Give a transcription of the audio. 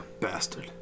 Bastard